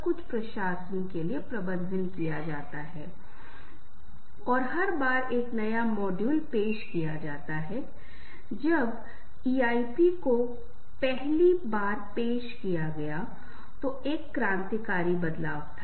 आपने सिर्फ कुछ शब्दों का उच्चारण किया है और आप देखते हैं कि वह व्यक्ति जो आखिरी क्षण तक हमारे लिए बहुत अच्छा था वह बहुत क्रोधित हो जाता है